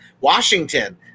Washington